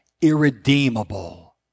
irredeemable